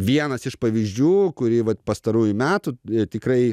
vienas iš pavyzdžių kurį vat pastarųjų metų tikrai